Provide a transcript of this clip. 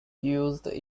used